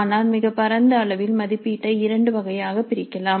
ஆனால் மிகப்பரந்த அளவில் மதிப்பீட்டை இரண்டு வகையாக பிரிக்கலாம்